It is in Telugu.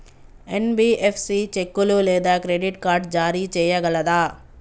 ఎన్.బి.ఎఫ్.సి చెక్కులు లేదా క్రెడిట్ కార్డ్ జారీ చేయగలదా?